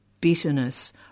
bitterness